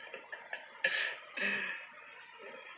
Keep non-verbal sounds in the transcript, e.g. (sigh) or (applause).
(laughs)